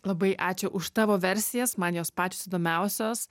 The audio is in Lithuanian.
labai ačiū už tavo versijas man jos pačios įdomiausios